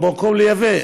במקום לייבא,